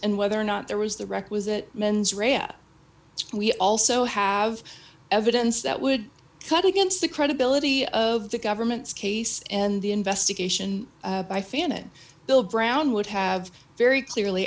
and whether or not there was the requisite mens rea up we also have evidence that would cut against the credibility of the government's case and the investigation by fan it bill brown would have very clearly